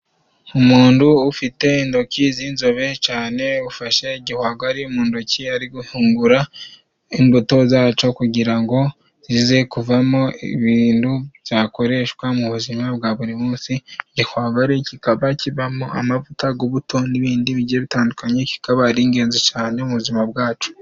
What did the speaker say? Umundu ufite intoki z'inzobe cane ufashe igihwagari mu ntoki, ari guhungura imbuto zaco kugira ngo zize kuvamo ibindu byakoreshwa mu buzima bwa buri munsi, igihwagari kikaba kibamo amavuta g'ubuto n'ibindi bitandukanye, kikaba ari ingenzi cane mu buzima bwacu.